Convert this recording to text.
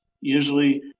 usually